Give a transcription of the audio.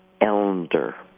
elder